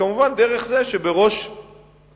כמובן דרך זה שבראש המשלחת